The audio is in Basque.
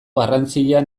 garrantzia